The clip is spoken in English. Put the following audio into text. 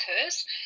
occurs